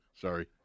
Sorry